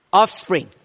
offspring